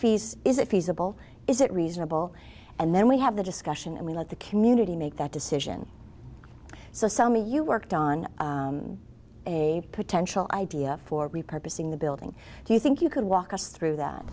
fees is it feasible is it reasonable and then we have the discussion and we let the community make that decision so so me you worked on a potential idea for the purpose in the building do you think you could walk us through that